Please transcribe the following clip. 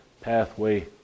pathway